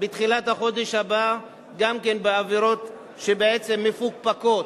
בתחילת החודש הבא גם כן על עבירות שהן בעצם מפוקפקות.